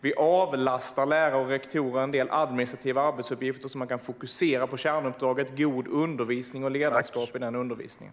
Vi avlastar lärare och rektorer en del administrativa arbetsuppgifter så att de kan fokusera på kärnuppdraget: god undervisning och ledarskap i undervisningen.